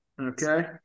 Okay